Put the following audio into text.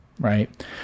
right